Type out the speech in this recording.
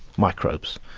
microbes.